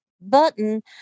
button